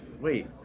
wait